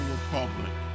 Republic